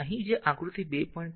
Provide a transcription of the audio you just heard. અને અહીં જે આકૃતિ 2